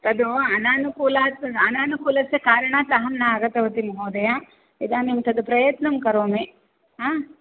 तद् अननुकूलात् अननुकूलस्य कारणात् अहं न आगतवती महोदया इदानीं तद् प्रयत्नं करोमि